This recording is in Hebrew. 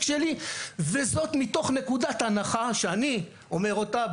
שלי וזאת מתוך נקודת הנחה שאני אומר אותה,